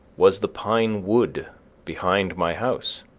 was the pine wood behind my house.